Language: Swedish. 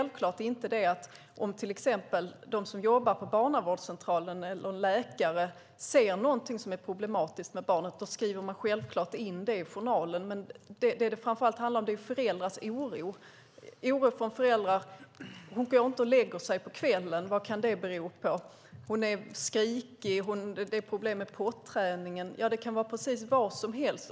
Om till exempel de som jobbar på barnavårdscentralen, läkare eller någon annan, ser något som är problematiskt med ett barn skriver de självklart in det i journalen. Vad det framför allt handlar om är föräldrars oro: Hon går inte och lägger sig på kvällen. Vad kan det bero på? Hon är skrikig. Det är problem med potträningen. Ja, det kan vara precis vad som helst.